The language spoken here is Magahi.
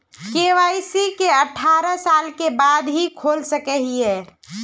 के.वाई.सी की अठारह साल के बाद ही खोल सके हिये?